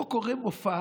פה קורה מופע